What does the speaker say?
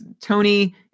Tony